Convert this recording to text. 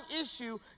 issue